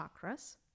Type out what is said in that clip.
chakras